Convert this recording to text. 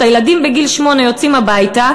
הילדים בגיל שמונה יוצאים הביתה,